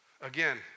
Again